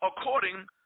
according